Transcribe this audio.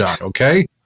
Okay